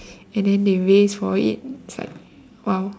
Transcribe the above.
and then they race for it it's like !wow!